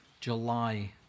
July